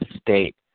state